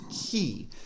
key